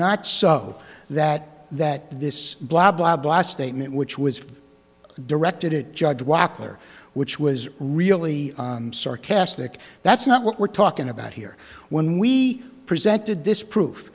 not so that that this blah blah blah statement which was directed at judge wapner which was really sarcastic that's not what we're talking about here when we presented this proof